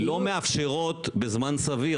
--לא מאפשרות בזמן סביר,